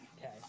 Okay